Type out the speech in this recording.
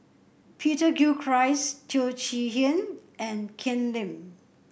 Peter Gilchrist Teo Chee Hean and Ken Lim